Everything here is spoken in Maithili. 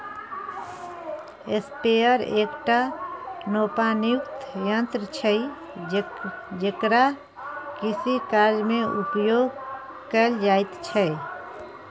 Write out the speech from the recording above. स्प्रेयर एकटा नोपानियुक्त यन्त्र छै जेकरा कृषिकार्यमे उपयोग कैल जाइत छै